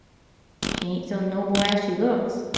she ain't so nowble as she looks,